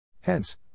Hence